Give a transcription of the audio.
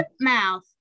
mouth